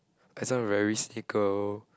and some will very